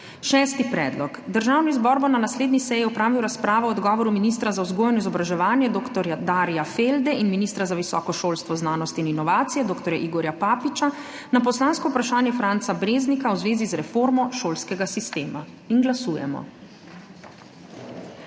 Šesti predlog: Državni zbor bo na naslednji seji opravil razpravo o odgovoru ministra za vzgojo in izobraževanje dr. Darja Felde in ministra za visoko šolstvo, znanost in inovacije dr. Igorja Papiča na poslansko vprašanje Franca Breznika v zvezi z reformo šolskega sistema. Glasujemo.